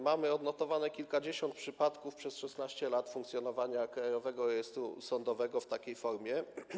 Mamy odnotowanych kilkadziesiąt przypadków przez 16 lat funkcjonowania Krajowego Rejestru Sądowego w takiej formie.